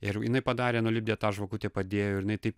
ir jinai padarė nulipdė tą žvakutę padėjo ir jinai taip